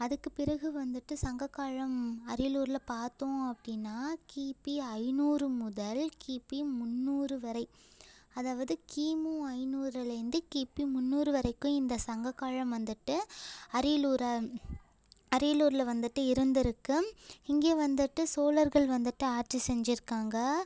அதுக்குப் பிறகு வந்துட்டு சங்கக் காலம் அரியலூர்ல பார்த்தோம் அப்படின்னா கிபி ஐந்நூறு முதல் கிபி முந்நூறு வரை அதாவது கிமு ஐந்நூறுலேந்து கிபி முந்நூறு வரைக்கும் இந்த சங்கக் காலம் வந்துட்டு அரியலூரை அரியலூர்ல வந்துட்டு இருந்திருக்கு இங்கையும் வந்துட்டு சோழர்கள் வந்துட்டு ஆட்சி செஞ்சிருக்காங்கள்